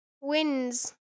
wins